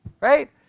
Right